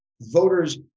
voters